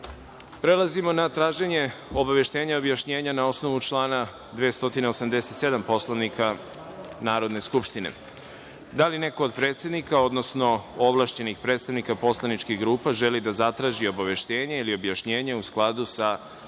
skupštine. Prelazimo na traženje obaveštenja i objašnjenja, na osnovu člana 287. Poslovnika Narodne skupštine. Da li neko od predsednika, odnosno ovlašćenih predstavnika poslaničkih grupa želi da zatraži obaveštenje ili objašnjenje u skladu sa članom